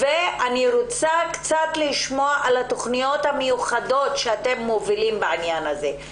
אני רוצה קצת לשמוע על התוכניות המיוחדות שאתם מובילים בעניין הזה.